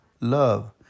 love